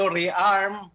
rearm